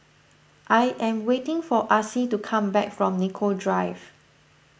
I am waiting for Acy to come back from Nicoll Drive